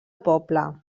poble